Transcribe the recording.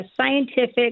scientific